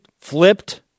flipped